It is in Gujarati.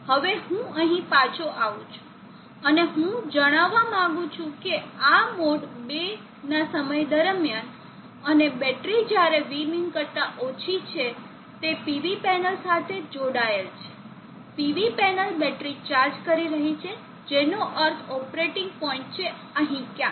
હવે હું અહીં પાછો આવું છું અને હું જણાવવા માંગું છું કે આ મોડ બે ના સમય દરમ્યાન અને બેટરી જયારે Vmin કરતા ઓછી હોય છે તે PV પેનલ સાથે જોડાયેલ છે PV પેનલ બેટરી ચાર્જ કરી રહી છે જેનો અર્થ ઓપરેટિંગ પોઇન્ટ છે અહીં ક્યાંક